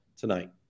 tonight